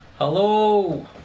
Hello